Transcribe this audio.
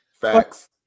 Facts